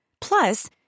Plus